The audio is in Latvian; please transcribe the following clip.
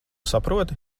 saproti